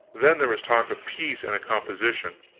then there was talk of peace and a composition.